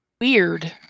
weird